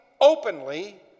openly